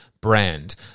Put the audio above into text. brand